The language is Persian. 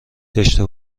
داشته